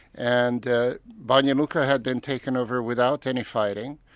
and banja luka had been taken over without any fighting,